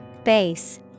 Base